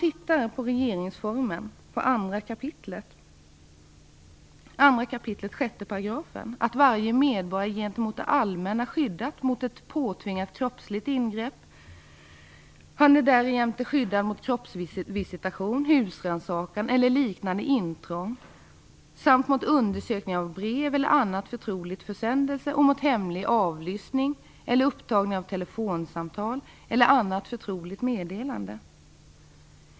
I regeringsformen, 2 kap. 6 § står det att varje medborgare gentemot det allmänna är skyddad mot ett påtvingat kroppsligt ingrepp. Han är därjämte skyddad mot kroppsvisitation, husrannsakan eller liknande intrång samt mot undersökning av brev eller annan förtrolig försändelse och mot hemlig avlyssning eller upptagning av telefonsamtal eller annat förtroligt meddelande.